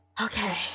Okay